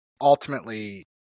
ultimately